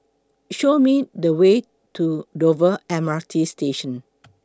Show Me The Way to Dover M R T Station